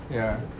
ya